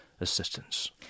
assistance